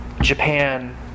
Japan